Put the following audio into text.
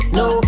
no